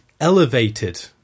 elevated